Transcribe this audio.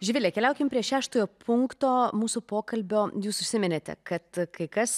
živile keliaukim prie šeštojo punkto mūsų pokalbio jūs užsiminėte kad kai kas